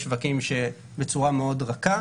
יש שווקים שבצורה מאוד רכה,